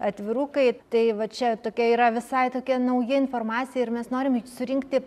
atvirukai tai va čia tokia yra visai tokia nauja informacija ir mes norim surinkti